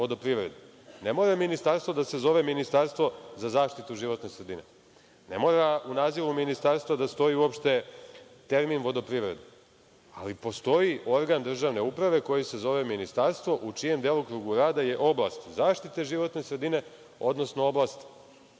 mora ministarstvo da se zove Ministarstvo za zaštitu životne sredine, ne mora u nazivu ministarstva da stoji uopšte termin vodoprivreda, ali postoji organ državne uprave koji se zove ministarstvo u čijem delokrugu rada je oblast zaštite životne sredine, odnosno oblast